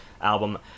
album